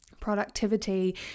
productivity